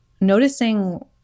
noticing